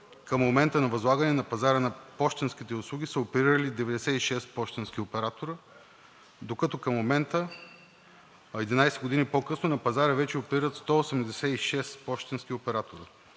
Към момента на възлагане на пазара на пощенските услуги са оперирали 96 пощенски оператора, докато към момента – 11 години по-късно, на пазара вече оперират 186 пощенски оператора.